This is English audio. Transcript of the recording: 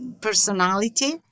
personality